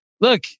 look